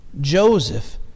Joseph